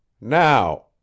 Now